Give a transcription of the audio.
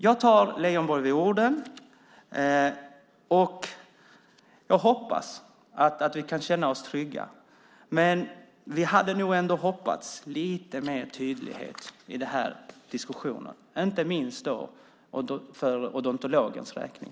Jag tar Leijonborg på orden, och jag hoppas att vi kan känna oss trygga. Men vi hade nog ändå hoppats på lite mer tydlighet i diskussionen, inte minst för odontologens räkning.